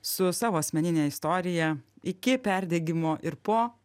su savo asmenine istorija iki perdegimo ir po